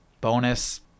bonus